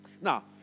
Now